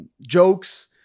jokes